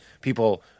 people